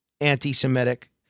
anti-Semitic